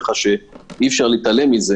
אי-אפשר להתעלם מזה